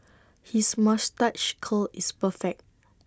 his moustache curl is perfect